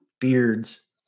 beards